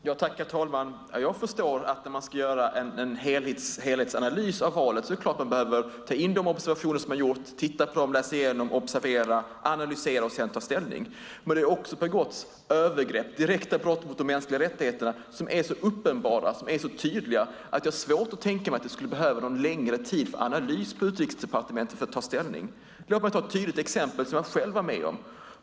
Herr talman! Jag förstår att man när man ska göra en helhetsanalys av valet behöver ta in de observationer som har gjorts, titta på dem, läsa igenom, observera, analysera och sedan ta ställning. Men det har också begåtts övergrepp, direkta brott mot de mänskliga rättigheterna som är så uppenbara och tydliga att jag har svårt att tänka mig att man skulle behöva någon längre tid för analys på Utrikesdepartementet för att ta ställning. Låt mig ta ett tydligt exempel som jag själv var med om.